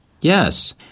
Yes